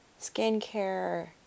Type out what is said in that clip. skincare